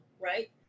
right